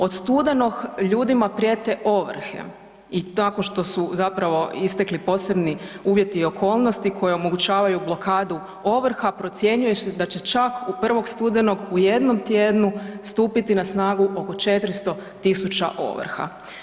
Od studenog ljudima prijete ovrhe i tako što su zapravo istekli posebni uvjeti i okolnosti koje omogućavaju blokadu ovrha, procjenjuje se da će čak 1. studenog u jednom tjednu stupiti na snagu oko 400 000 ovrha.